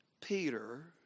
Peter